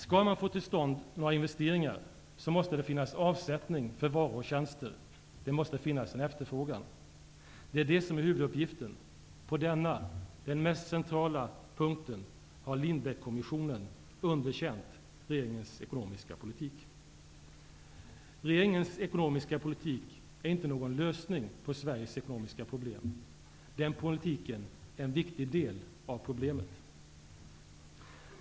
Skall man få till stånd några investeringar måste det finnas avsättning för varor och tjänster -- det måste finnas en efterfrågan. Det är det som är huvuduppgiften. På denna, den mest centrala punkten har Lindbeckkommissionen underkänt regeringens ekonomiska politik. Regeringens ekonomiska politik är inte någon lösning på Sveriges ekonomiska problem, den politiken är en viktig del av problemet.